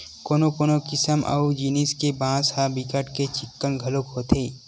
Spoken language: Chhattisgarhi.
कोनो कोनो किसम अऊ जिनिस के बांस ह बिकट के चिक्कन घलोक होथे